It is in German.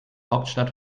hauptstadt